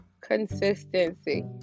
Consistency